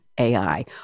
AI